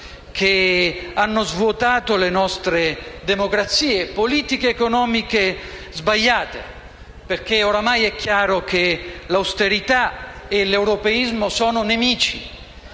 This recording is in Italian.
che hanno svuotato le nostre democrazie; politiche economiche sbagliate, perché ormai è chiaro che l'austerità e l'europeismo sono nemici.